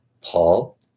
Paul